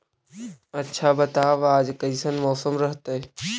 आच्छा बताब आज कैसन मौसम रहतैय?